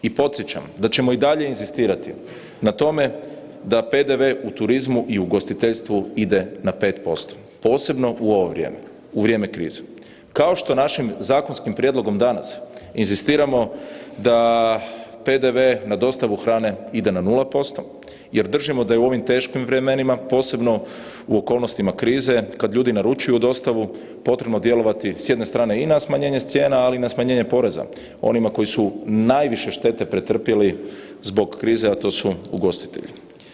I podsjećam da ćemo i dalje inzistirati na tome da PDV u turizmu i ugostiteljstvu ide na 5% posebno u ovo vrijeme u vrijeme krize, kao što našim prijedlogom danas inzistiramo da PDV na dostavu hrane ide na 0% jer držimo da je u ovim teškim vremenima, posebno u okolnostima krize kada ljudi naručuju dostavu potrebno djelovati s jedne strane i na smanjenje cijena, ali i na smanjenje poreza onima koji su najviše štete pretrpjeli zbog krize, a to su ugostitelji.